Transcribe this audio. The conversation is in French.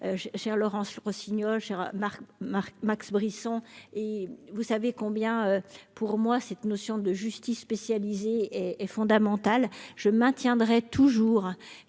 Laurence Rossignol Marc Marc Max Brisson et vous savez combien pour moi cette notion de justice spécialisée est fondamental je maintiendrai toujours